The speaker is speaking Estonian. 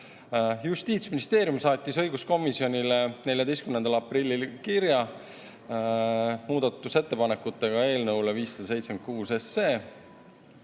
Justiitsministeerium saatis õiguskomisjonile 14. aprillil kirja muudatusettepanekutega eelnõu 576